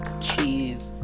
cheese